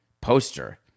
poster